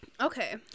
Okay